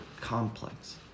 complex